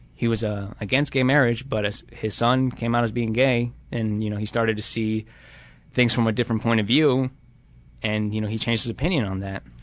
he was ah against gay marriage but his son came out as being gay and you know he started to see things from a different point of view and, you know, he changed his opinion on that.